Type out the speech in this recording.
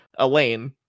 Elaine